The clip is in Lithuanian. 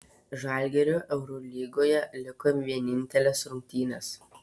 žalgiriui eurolygoje liko vienintelės rungtynės